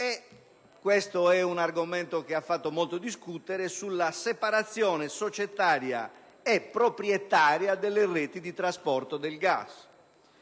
- questo è un argomento che ha fatto molto discutere - sulla separazione societaria e proprietaria delle reti di trasporto del gas.